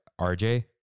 RJ